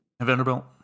Vanderbilt